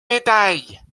médailles